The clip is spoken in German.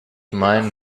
meinen